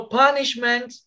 punishment